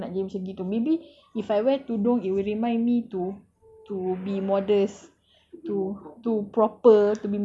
like sis want to change like sampai bila nak jadi macam itu maybe if I wear tudung it will remind me to to to be modest